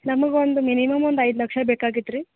ನಮ್ಗೆ ಒಂದು ಮಿನಿಮಮ್ ಒಂದು ಐದು ಲಕ್ಷ ಬೇಕಾಗಿತ್ತು ರೀ